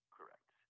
Correct